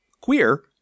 queer